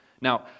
Now